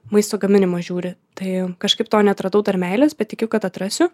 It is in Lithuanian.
maisto gaminimą žiūri tai kažkaip to neatradau dar meilės bet tikiu kad atrasiu